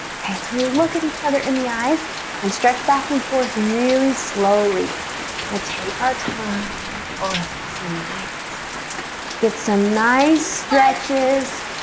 okay, so we will look at each other in the eyes and stretch back and forth really slowly but ah take our time. oh that feels so nice get some nice stretches